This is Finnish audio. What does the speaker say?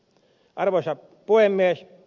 arvoisa puhemies